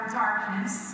darkness